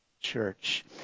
church